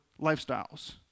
lifestyles